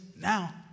now